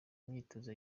imyitozo